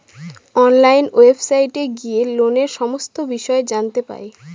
online ওয়েবসাইটে গিয়ে লোনের সমস্ত বিষয় জানতে পাই